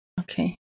Okay